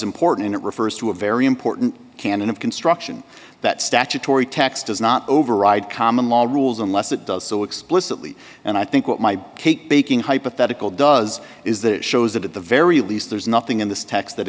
important it refers to a very important canon of construction that statutory tax does not override common law rules unless it does so explicitly and i think what my cake baking hypothetical does is that it shows that at the very least there's nothing in this text that